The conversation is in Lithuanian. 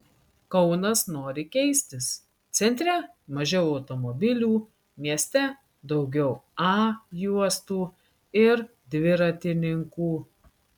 kaunas nori keistis centre mažiau automobilių mieste daugiau a juostų ir dviratininkų